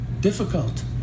difficult